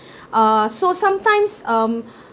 uh so sometimes um